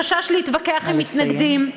מחשש להתווכח עם מתנגדים,